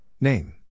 name